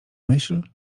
myśl